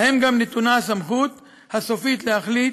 להם גם נתונה הסמכות הסופית להחליט